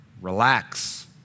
relax